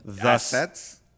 Assets